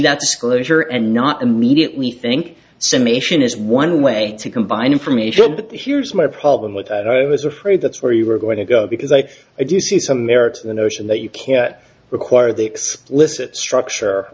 that disclosure and not immediately think cymatium is one way to combine information but here's my problem with that i was afraid that's where you were going to go because i do see some merit to the notion that you can require the explicit structure